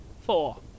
four